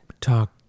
talk